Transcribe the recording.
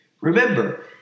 Remember